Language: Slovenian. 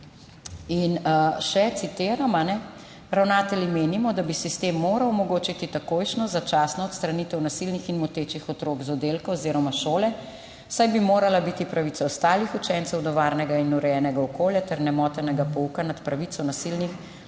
Še citiram: »Ravnatelji menimo, da bi sistem moral omogočiti takojšnjo začasno odstranitev nasilnih in motečih otrok z oddelka oziroma šole, saj bi morala biti pravica preostalih učencev do varnega in urejenega okolja ter nemotenega pouka nad pravico nasilnih in